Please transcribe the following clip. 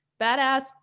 badass